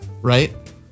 right